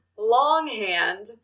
Longhand